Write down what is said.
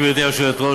גברתי היושבת-ראש,